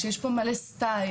שיש פה מלא סטייל,